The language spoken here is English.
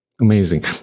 Amazing